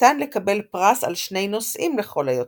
ניתן לקבל פרס על שני נושאים לכל היותר.